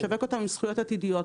לשווק אותן עם זכויות עתידיות,